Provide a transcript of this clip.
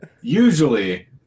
usually